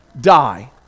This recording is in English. die